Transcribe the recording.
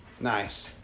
Nice